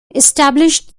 established